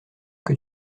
que